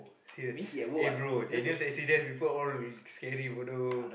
serious eh bro Daniel's accident people all will scary bodoh